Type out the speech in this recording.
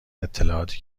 اطلاعاتی